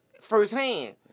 firsthand